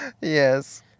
Yes